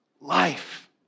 life